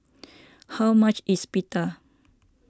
how much is Pita